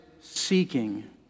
seeking